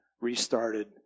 restarted